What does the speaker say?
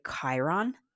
Chiron